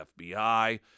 FBI